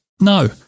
No